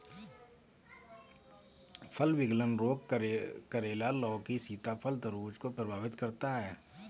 फल विगलन रोग करेला, लौकी, सीताफल, तरबूज को प्रभावित करता है